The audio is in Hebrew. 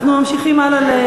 אנחנו ממשיכים הלאה.